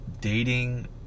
dating